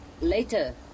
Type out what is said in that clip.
Later